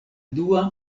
dua